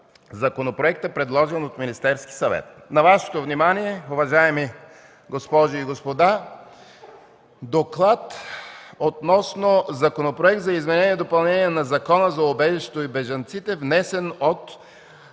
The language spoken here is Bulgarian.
законопроекта, предложен от Министерския съвет. На Вашето внимание, уважаеми госпожи и господа, представям и: „ДОКЛАД относно Законопроект за изменение и допълнение на Закона за убежището и бежанците, внесен от